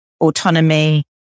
Autonomy